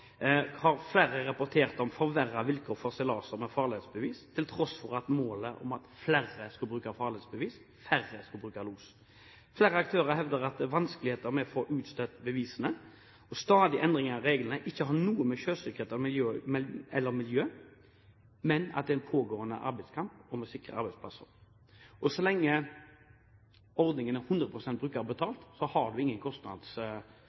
Flere har rapportert om forverrede vilkår for seilas med farledsbevis, til tross for at målet skulle være at flere skal bruke farledsbevis og færre skal bruke los. Flere aktører hevder at det er vanskeligheter med å få utstedt bevisene, og at stadige endringer av reglene ikke har noe med sjøsikkerhet eller miljø å gjøre, men at det er en pågående kamp for å sikre arbeidsplasser. Så lenge ordningen er 100 pst. brukerbetalt, har man ingen